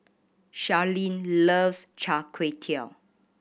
Sharyn loves Char Kway Teow